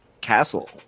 Castle